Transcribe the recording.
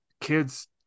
kids